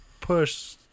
push